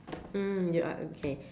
mm ya ah okay